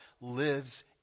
lives